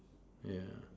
yeah